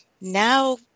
Now